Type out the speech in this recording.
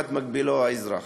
לעומת מקבילו האזרח.